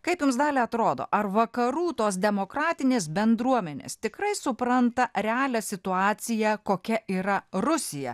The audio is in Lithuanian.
kaip jums dalia atrodo ar vakarų tos demokratinės bendruomenės tikrai supranta realią situaciją kokia yra rusija